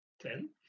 Ten